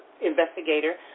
investigator